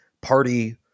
party